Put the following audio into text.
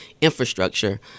infrastructure